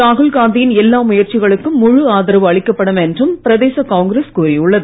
ராகுல்காந்தியின் எல்லா முயற்சிகளுக்கும் முழு ஆதரவு அளிக்கப்படும் என்றும் பிரதேச காங்கிரஸ் கூறியுள்ளது